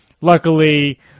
Luckily